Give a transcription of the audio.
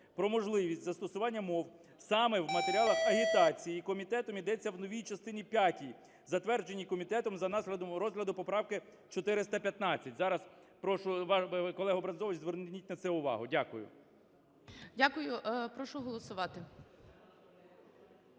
про можливість застосування мов саме в матеріалах агітації, комітетом йдеться в новій частині п'ятій, затвердженій комітетом за наслідками розгляду поправки 415. Зараз прошу уважно, колего Брензович, зверніть на це увагу. Дякую. ГОЛОВУЮЧИЙ. Дякую. Прошу голосувати.